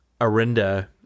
arinda